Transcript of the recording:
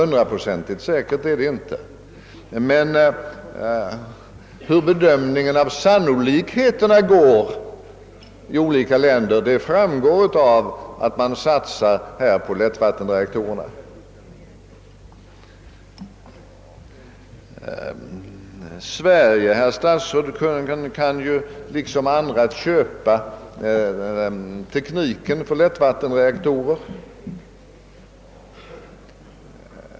Nej, det är klart, men bedömningen i olika länder av sannolikheterna framgår av att man satsar på lättvattenreaktorerna. Sverige kan ju, herr statsråd, liksom andra köpa tekniken för lättvattenreaktorer.